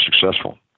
successful